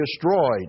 destroyed